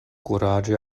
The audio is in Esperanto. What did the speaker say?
kuraĝe